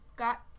got